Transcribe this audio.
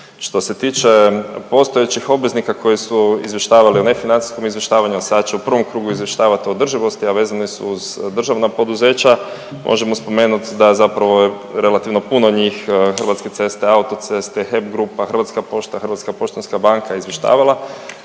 Što se tiče postojećih obveznika koji su izvještavali o nefinancijskom izvještavanju, a sad će u prvom krugu izvještavati o održivosti, a vezane su uz državna poduzeća. Možemo spomenuti da zapravo je relativno puno njih Hrvatske ceste, autoceste, HEP grupa, Hrvatska pošta, Hrvatska poštanska banka izvještavala